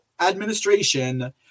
administration